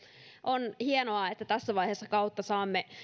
on hienoa että tässä vaiheessa kautta saimme